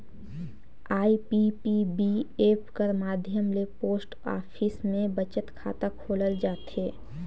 IPPB app कर माध्यम ले पोस्ट ऑफिस में बचत खाता खोलल जाथे